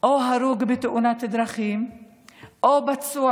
או הרוג בתאונת דרכים או פצוע,